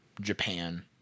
Japan